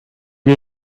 you